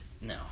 No